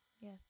Yes